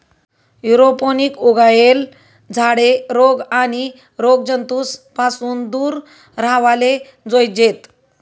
aeroponic उगायेल झाडे रोग आणि रोगजंतूस पासून दूर राव्हाले जोयजेत